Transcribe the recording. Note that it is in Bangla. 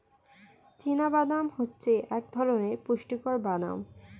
চীনা বাদাম হচ্ছে এক ধরণের পুষ্টিকর বাদাম